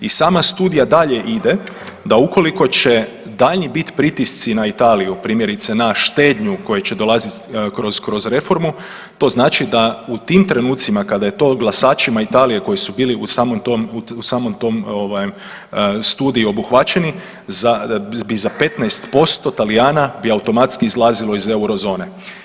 I sama studija dalje ide da ukoliko će daljnji bit pritisci na Italiju, primjerice na štednju koja će dolazit kroz reformu, to znači da u tim trenucima kada je to glasačima Italije koji su bili u samom tom, u samom tom ovaj studiju obuhvaćeni, bi za 15% Talijana bi automatski izlazilo iz eurozone.